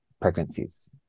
pregnancies